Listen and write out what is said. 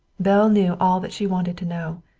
belle knew all that she wanted to know.